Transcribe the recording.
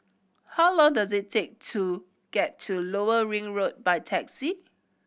how long does it take to get to Lower Ring Road by taxi